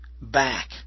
back